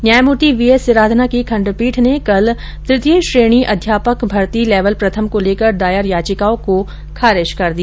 न्यायमूर्ति V S Siradhana की खंडपीठ ने कल तृतीय श्रेणी अध्यापक भर्ती लेवल प्रथम को लेकर दायर याचिकाओं का खारिज कर दिया